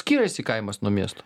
skiriasi kaimas nuo miesto